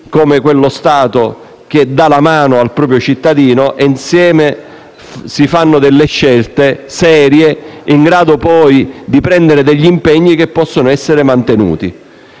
come Stato che dà la mano al proprio cittadino ed insieme ad essi compie delle scelte serie, in grado di portare a degli impegni che possano essere mantenuti.